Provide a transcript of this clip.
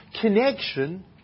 connection